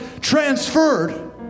transferred